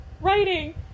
writing